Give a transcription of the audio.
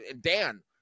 Dan